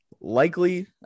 Likely